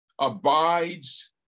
abides